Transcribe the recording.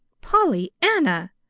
Pollyanna